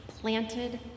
planted